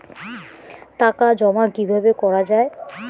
টাকা জমা কিভাবে করা য়ায়?